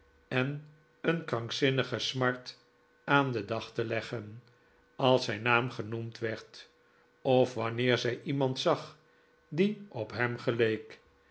en een krankzinnige smart aan den dag te leggen als zijn naam genoemd werd of wanneer zij iemand zag die op hem geleek